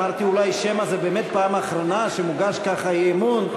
אמרתי: אולי שמא זו באמת פעם אחרונה שמוגש ככה אי-אמון,